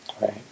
Right